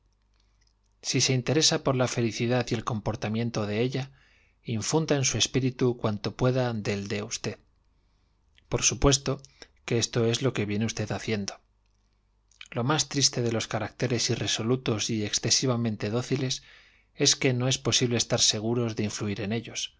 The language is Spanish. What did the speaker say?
si se interesa por la felicidad y el comportamiento de ella infunda en su espíritu cuanto pueda del de usted por supuesto que esto es lo que viene usted haciendo lo más triste de los caracteres irresolutos y excesivamente dóciles es que no es posible estar seguros de influir en ellos